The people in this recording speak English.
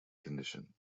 condition